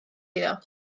iddo